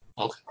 Okay